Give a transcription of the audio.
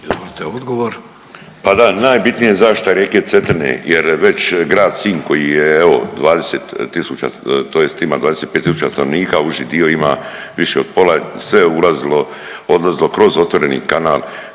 Pa da najbitnije je zaštita rijeke Cetine jer je već Grad Sinj koji je evo 20 tisuća, tj. ima 25 tisuća stanovnika, a uži dio ima više od pola, sve je ulazilo, odlazilo kroz otvoreni kanal